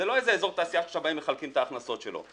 זה לא איזה אזור תעשייה שעכשיו באים ומחלקים את ההכנסות שלו.